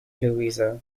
louisa